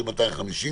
של 250,